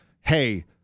hey